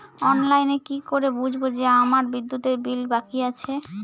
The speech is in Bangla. অনলাইনে কি করে বুঝবো যে আমার বিদ্যুতের বিল বাকি আছে?